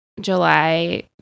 July